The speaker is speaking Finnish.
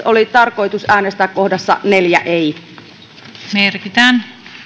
oli tarkoitus äänestää kohdassa neljä ei merkitään